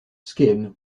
skin